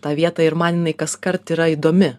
tą vietą ir man kaskart yra įdomi